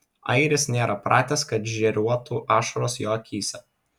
airis nėra pratęs kad žėruotų ašaros jo akyse